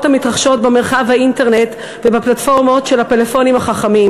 המתרחשות במרחב האינטרנט ובפלטפורמות של הפלאפונים החכמים.